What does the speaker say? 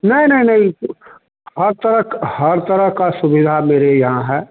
नहीं नहीं नहीं हर तरह की हर तरह की सुविधा मेरे यहाँ है